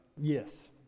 yes